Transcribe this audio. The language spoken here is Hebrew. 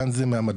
כאן זה מהמדבקות,